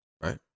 Right